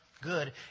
good